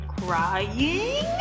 Crying